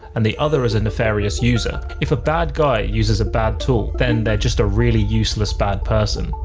and the other is a nefarious user. if a bad guy uses a bad tool, then they're just a really useless bad person.